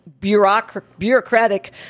bureaucratic